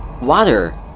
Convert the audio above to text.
Water